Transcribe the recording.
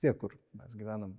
tie kur mes gyvenam